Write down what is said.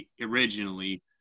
originally